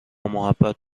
محبت